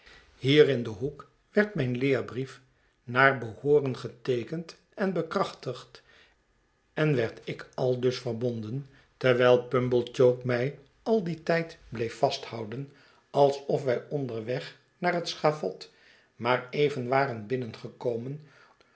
hier in een hoek werd mijn ieerbrief naar behooren geteekend en bekrachtigd en werd ik aldus verbonden terwijl pumblechook mij al dien tijd bleef vasthouden alsof wij onderweg naar het schavot maar even waren binnengekomen